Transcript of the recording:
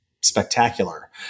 spectacular